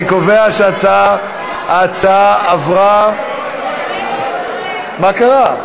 אני קובע שההצעה עברה, מה קרה?